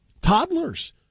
Toddlers